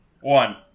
One